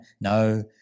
no